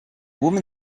woman